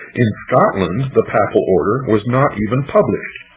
in scotland, the papal order was not even published.